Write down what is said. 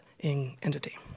entity